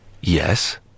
Yes